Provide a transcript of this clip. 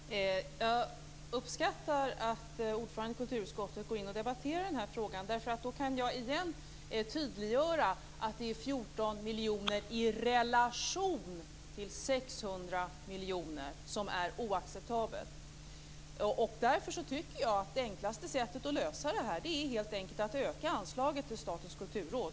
Herr talman! Jag uppskattar att ordföranden i kulturutskottet går in och debatterar den här frågan. Då kan jag igen tydliggöra att det är 14 miljoner i relation till 600 miljoner som är oacceptabelt. Därför tycker jag att det enklaste sättet att lösa det här helt enkelt är att öka anslaget till Statens kulturråd.